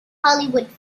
hollywood